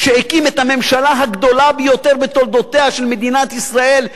שהקים את הממשלה הגדולה ביותר בתולדותיה של מדינת ישראל,